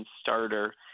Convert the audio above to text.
starter